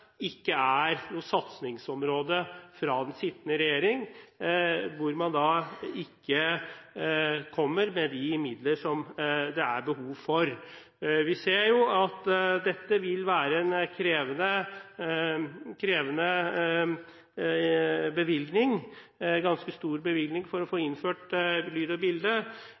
ikke er noe satsingsområde fra den sittende regjering ved at man ikke kommer med de midler som det er behov for. Vi ser at det vil kreve en ganske stor bevilgning å få innført lyd og bilde,